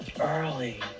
Early